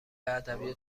ادبیات